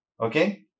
Okay